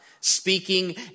speaking